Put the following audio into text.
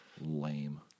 Lame